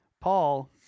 Paul